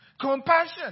Compassion